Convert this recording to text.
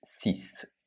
six